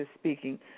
speaking